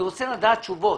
אני רוצה לדעת תשובות.